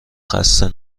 خسته